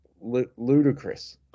ludicrous